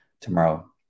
tomorrow